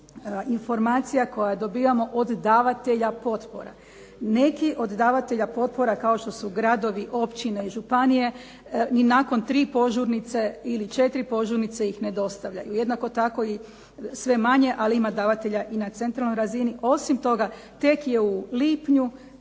informacija koje dobivamo od davatelja potpora. Neki od davatelja potpora kao što su gradovi, općine i županije i nakon tri požurnice ili četiri požurnice ih ne dostavljaju. Jednako tako i sve manje, ali ima davatelja i na centralnoj razini. Osim toga tek je u lipnju